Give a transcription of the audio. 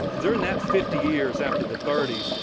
during that fifty years after the thirty s,